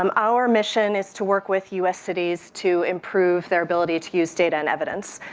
um our mission is to work with u s. cities to improve their ability to use data and evidence.